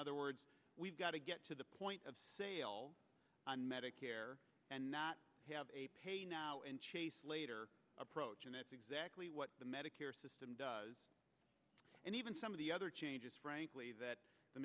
other words we've got to get to the point of sale on medicare and not have a pay now and chase later approach and that's exactly what the medicare system does and even some of the other changes frankly that the